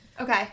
okay